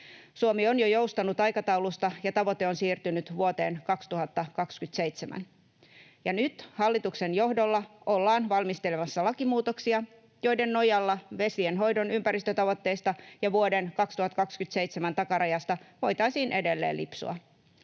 Suomi on jo joustanut aikataulusta, ja tavoite on siirtynyt vuoteen 2027. Ja nyt hallituksen johdolla ollaan valmistelemassa lakimuutoksia, joiden nojalla vesienhoidon ympäristötavoitteista ja vuoden 2027 takarajasta voitaisiin edelleen lipsua.